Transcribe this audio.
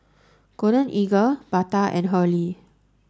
Golden Eagle Bata and Hurley